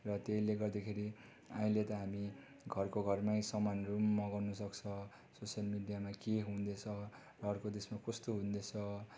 र त्यसले गर्दाखेरि अहिले त हामी घरको घरमै सामानहरू पनि मगाउनु सक्छ सोसियल मिडियामा के हुँदैछ अर्को देशमा कस्तो हुँदैछ